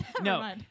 no